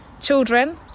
children